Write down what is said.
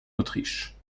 autriche